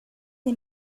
des